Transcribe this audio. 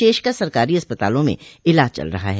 शेष का सरकारी अस्पतालों में इलाज चल रहा है